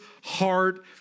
heart